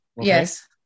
Yes